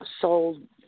sold